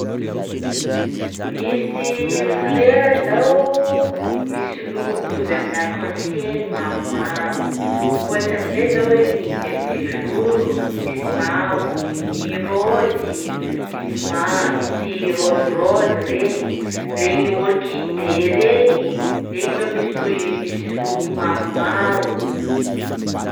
Misy folera zao misy loko mitovy amin'ny arc-en-ciel maromaro: ohatsy am'izay zao hoe gny belle de jour misy mavo, gny raozy misy ma- misy rose rose regny, regny orchidées regny, regny zao misy ko- misy loko maromaro.